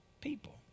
people